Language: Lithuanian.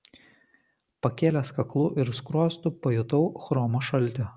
pakėlęs kaklu ir skruostu pajutau chromo šaltį